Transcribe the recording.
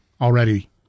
already